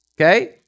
Okay